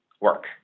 work